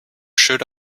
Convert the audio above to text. should